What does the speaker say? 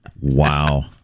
Wow